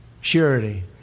surety